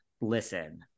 listen